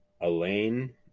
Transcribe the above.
Elaine